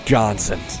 Johnson